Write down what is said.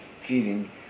feeding